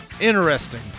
Interesting